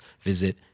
visit